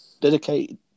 dedicated